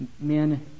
men